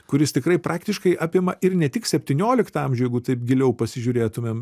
kuris tikrai praktiškai apima ir ne tik septynioliktą amžių jeigu taip giliau pasižiūrėtumėm